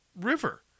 River